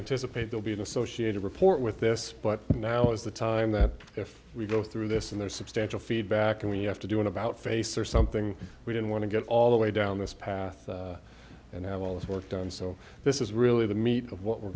dissipate they'll be an associated report with this but now is the time that if we go through this and there's substantial feedback and we have to do an about face or something we don't want to get all the way down this path and have all this work done so this is really the meat of what we're